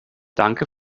danke